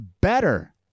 better